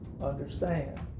understand